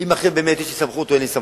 אם אכן יש או אין לי סמכות.